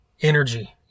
energy